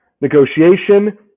negotiation